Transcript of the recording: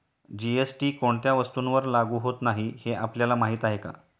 GST कोणत्या वस्तूंवर लागू होत नाही हे आपल्याला माहीत आहे का?